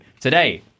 today